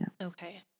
Okay